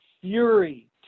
Fury